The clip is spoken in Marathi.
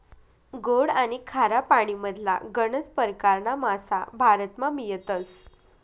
गोड आनी खारा पानीमधला गनज परकारना मासा भारतमा मियतस